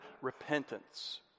repentance